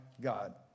God